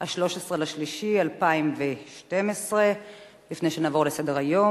13 במרס 2012. לפני שנעבור לסדר-היום,